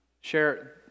Share